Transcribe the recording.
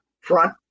front